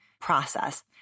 process